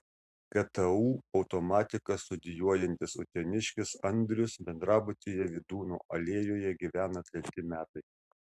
ktu automatiką studijuojantis uteniškis andrius bendrabutyje vydūno alėjoje gyvena treti metai